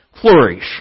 flourish